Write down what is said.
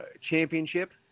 championship